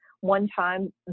one-time